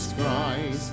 Christ